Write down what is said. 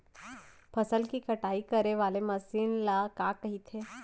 फसल की कटाई करे वाले मशीन ल का कइथे?